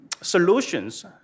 solutions